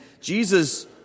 Jesus